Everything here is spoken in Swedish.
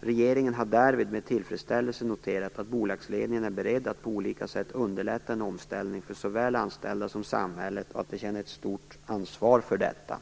Regeringen har därvid med tillfredsställelse noterat att bolagsledningen är beredd att på olika sätt underlätta en omställning för såväl anställda som samhället och att den känner ett stort ansvar för detta.